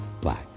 Black